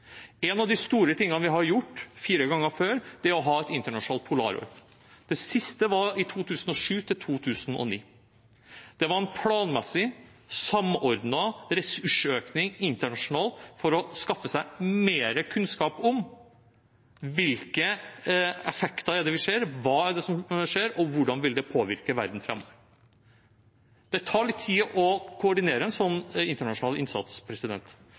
En av de store tingene vi har gjort fire ganger før, er å ha et internasjonalt polarår. Det siste var i 2007–2008. Det var en planmessig samordnet ressursøkning internasjonalt for å skaffe seg mer kunnskap om hvilke effekter det er vi ser, hva det er som skjer, og hvordan det vil påvirke verden framover. Det tar litt tid å koordinere en sånn internasjonal innsats.